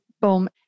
boom